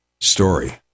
story